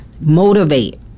Motivate